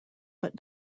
but